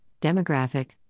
demographic